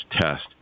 test